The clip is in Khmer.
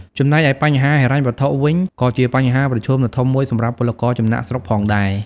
ចំណែកឯបញ្ហាហិរញ្ញវត្ថុវិញ ក៏ជាបញ្ហាប្រឈមដ៏ធំមួយសម្រាប់ពលករចំណាកស្រុកផងដែរ ។